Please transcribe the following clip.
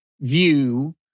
view